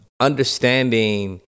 understanding